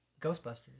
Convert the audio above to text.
ghostbusters